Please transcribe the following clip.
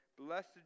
Blessed